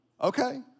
Okay